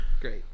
Great